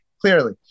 clearly